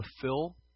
fulfill